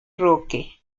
roque